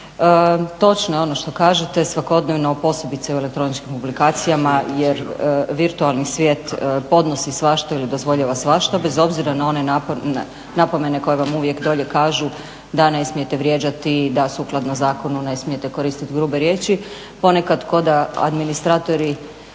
Točno je ono što kažete svakodnevno posebno u elektroničkim publikacijama jer virtualni svijet podnosi svašta ili dozvoljava svašta bez obzira na one napomene koje vam uvijek dolje kažu da ne smijete vrijeđati, da sukladno zakonu ne smijete koristiti grube riječi. Ponekad kao da administratori